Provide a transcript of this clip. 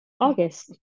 August